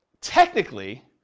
technically